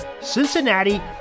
Cincinnati